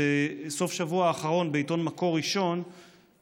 בסוף השבוע האחרון בעיתון מקור ראשון,